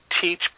teach